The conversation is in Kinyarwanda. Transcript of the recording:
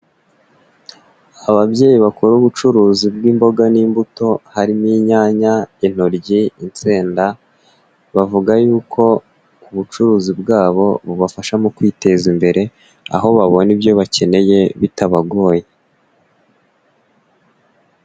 Ababyeyi bakora ubucuruzi bw'imboga n'imbuto harimo inyanya, intoryi, insenda bavuga yuko ubucuruzi bwabo bubafasha mu kwiteza imbere, aho babona ibyo bakeneye bitabagoye.